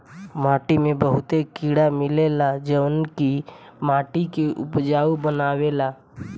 माटी में बहुते कीड़ा मिलेला जवन की माटी के उपजाऊ बनावेला